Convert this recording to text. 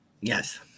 Yes